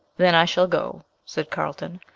then i shall go, said carlton,